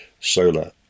Solar